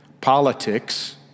Politics